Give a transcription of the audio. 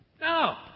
No